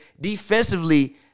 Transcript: defensively